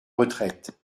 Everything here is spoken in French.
retraite